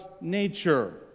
nature